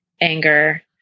anger